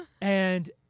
And-